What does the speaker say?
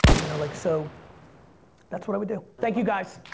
you know like so that's what i would do. thank you guys.